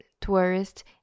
tourist